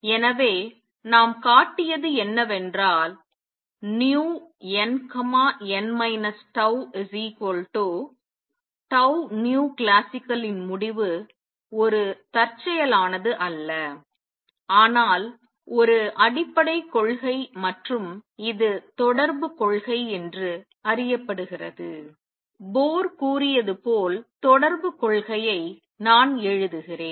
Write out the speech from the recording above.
எனவே நாம் காட்டியது என்னவென்றால் nn τ clasical இன் முடிவு ஒரு தற்செயலானது அல்ல ஆனால் ஒரு அடிப்படை கொள்கை மற்றும் இது தொடர்புகொள்கை என்று அறியப்படுகிறது போர் கூறியது போல் தொடர்பு கொள்கையை நான் எழுதுகிறேன்